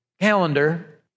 calendar